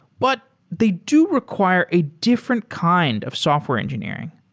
but they do require a different kind of software engineering.